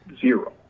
zero